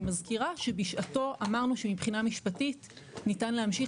אני מזכירה שבשעתו אמרנו שמבחינה משפטית ניתן להמשיך